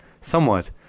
somewhat